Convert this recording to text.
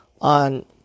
on